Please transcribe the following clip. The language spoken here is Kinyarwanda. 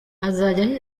azajya